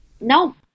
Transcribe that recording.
no